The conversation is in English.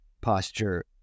posture